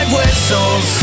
Whistles